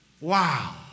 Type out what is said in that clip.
wow